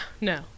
no